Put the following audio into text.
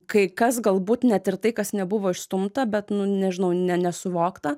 kai kas galbūt net ir tai kas nebuvo išstumta bet nu nežinau ne nesuvokta